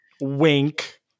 Wink